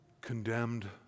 condemned